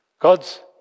God's